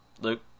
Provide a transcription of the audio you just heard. Luke